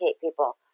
people